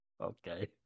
Okay